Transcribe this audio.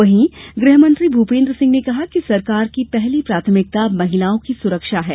वहीं गृहमंत्री भूपेन्द्र सिंह ने कहा कि सरकार की पहली प्राथमिकता महिलाओं की सुरक्षा है